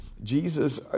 Jesus